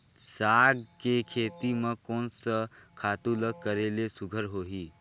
साग के खेती म कोन स खातु ल करेले सुघ्घर होही?